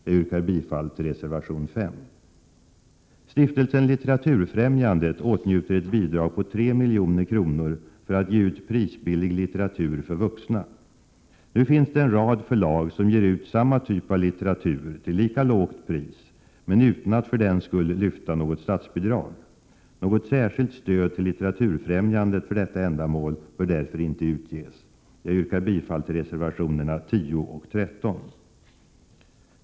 Jag yrkar bifall till reservation 5. Stiftelsen Litteraturfrämjandet åtnjuter ett bidrag på 3 milj.kr. för att ge ut prisbillig litteratur för vuxna. Nu finns det en rad förlag som ger ut samma typ av litteratur till lika lågt pris men utan att för den skull lyfta några statsbidrag. Något särskilt stöd till Litteraturfrämjandet för detta ändamål bör därför inte utges. Jag yrkar bifall till reservationerna 10 och 13.